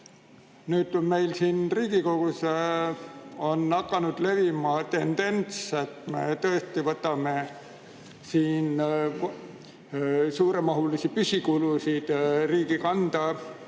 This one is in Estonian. nüüd on meil siin Riigikogus hakanud levima tendents, et me võtame suuremahulisi püsikulusid riigi kanda